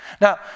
Now